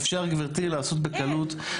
אפשר, גברתי, לעשות בקלות.